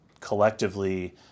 collectively